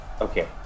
Okay